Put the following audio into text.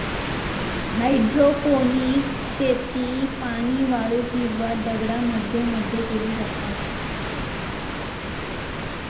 hydroponics शेती पाणी, वाळू किंवा दगडांमध्ये मध्ये केली जाता